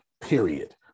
period